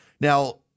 Now